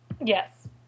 yes